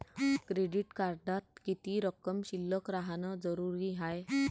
Credit कार्डात किती रक्कम शिल्लक राहानं जरुरी हाय?